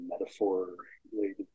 metaphor-related